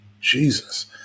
Jesus